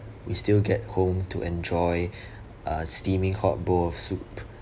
we still get home to enjoy a steaming hot bowl of soup